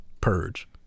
purge